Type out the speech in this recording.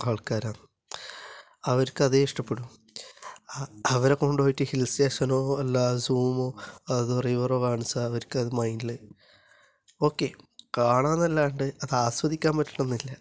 ആൾക്കാരാണ് അവർക്ക് അതേ ഇഷ്ടപെടൂ ആ അവരെ കൊണ്ടു പോയിട്ട് ഹിൽസ്റ്റേഷനോ അല്ല സൂ വോ അതുമല്ല റിവറോ കാണിച്ചാൽ അവർക്ക് അത് മൈൻഡില് ഓക്കെ കാണാം എന്നല്ലാതെ അത് ആസ്വദിക്കാൻ പറ്റണമെന്നില്ല